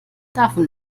davon